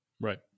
Right